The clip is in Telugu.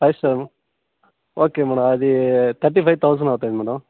ఫైవ్ స్టారు ఓకే మేడమ్ అది థర్టీ ఫైవ్ థౌసండ్ అవుతుంది మేడమ్